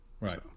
right